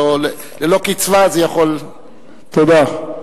ללא קצבה זה יכול, תודה.